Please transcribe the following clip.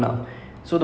mm